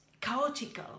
chaotic